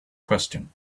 question